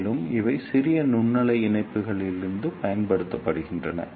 மேலும் இவை சிறிய நுண்ணலை இணைப்புகளிலும் பயன்படுத்தப்படுகின்றன